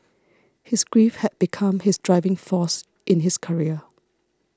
his grief had become his driving force in his career